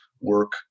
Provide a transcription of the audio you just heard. work